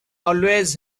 always